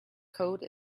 code